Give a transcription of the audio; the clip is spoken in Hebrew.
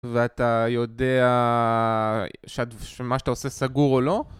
ואתה יודע שמה שאתה עושה סגור או לא?